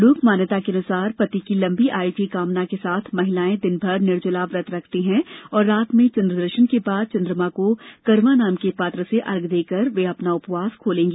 लोक मान्यता अनुसार पति की लंबी आयु की कामना के साथ महिलाएं दिनभर निर्जला व्रत रखती है और रात्रि में चन्द्रदर्शन के बाद चन्द्रमा को करवा नाम के पात्र से अर्घ्य देकर वे अपना उपवास खोलेंगी